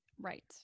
right